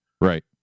Right